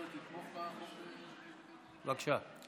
בבקשה.